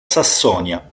sassonia